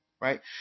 Right